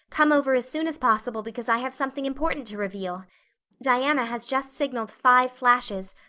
come over as soon as possible, because i have something important to reveal diana has just signaled five flashes,